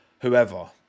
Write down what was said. whoever